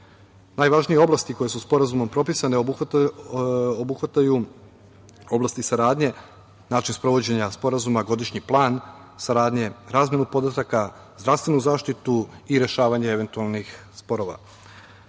svetu. Najvažnije oblasti koje su Sporazumom propisane obuhvataju oblasti saradnje, način sprovođenja sporazuma, godišnji plan saradnje, razmenu podataka, zdravstvenu zaštitu i rešavanje eventualnih sporova. Naročito